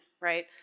right